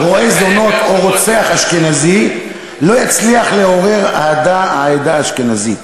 רועה זונות או רוצח אשכנזי לא יצליח לעורר אהדה של העדה האשכנזית,